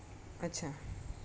अच्छा